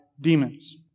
demons